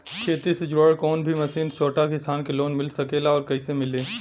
खेती से जुड़ल कौन भी मशीन छोटा किसान के लोन मिल सकेला और कइसे मिली?